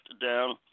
down